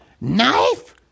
Knife